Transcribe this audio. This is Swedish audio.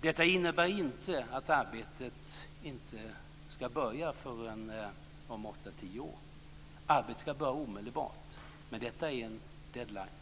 Detta innebär inte att arbetet inte ska börja förrän om åtta till tio år. Arbetet ska börja omedelbart, men detta är en deadline.